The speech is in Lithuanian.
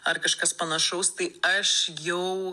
ar kažkas panašaus tai aš jau